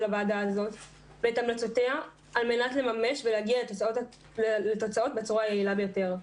הוועדה הזו ואת המלצותיה על מנת לממש ולהגיע לתוצאות בצורה היעילה ביותר.